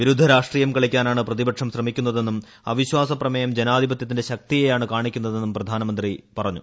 വിരുദ്ധ രാഷ്ട്രീയം കളിക്കാനാണ് പ്രതിപക്ഷം ശ്രമിക്കുന്നതെന്നും അവിശ്വാസ പ്രമേയം ജനാധിപത്യത്തിന്റെ ശക്തിയെയാണു കാണിക്കുന്നതെന്നും പ്രധാനമന്ത്രി നരേന്ദ്രമോദി പറഞ്ഞു